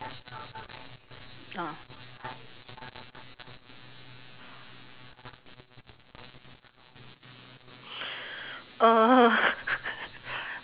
ah err